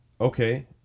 Okay